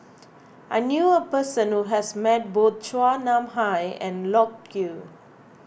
I knew a person who has met both Chua Nam Hai and Loke Yew